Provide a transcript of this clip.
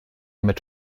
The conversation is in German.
mit